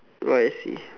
oh I see